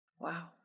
Wow